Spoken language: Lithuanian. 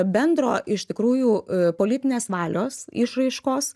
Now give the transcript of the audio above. bendro iš tikrųjų politinės valios išraiškos